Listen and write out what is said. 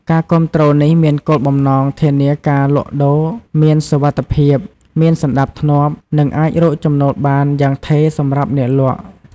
ការគាំទ្រនេះមានគោលបំណងធានាថាការលក់ដូរមានសុវត្ថិភាព មានសណ្តាប់ធ្នាប់ និងអាចរកចំណូលបានយ៉ាងថេរសម្រាប់អ្នកលក់។